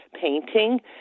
painting